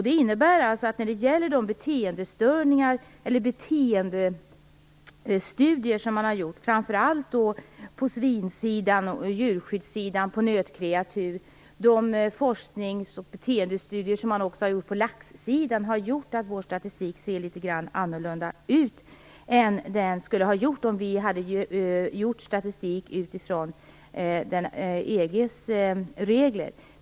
Det innebär att de beteendestudier man har gjort framför allt när det gäller svin, djurskydd och nötkreatur och de forsknings och beteendestudier man har gjort på lax har gjort att vår statistik ser litet grand annorlunda ut än vad den skulle ha gjort om vi hade tagit fram statistik utifrån EG:s regler.